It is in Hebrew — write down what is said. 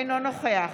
אינו נוכח